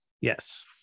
yes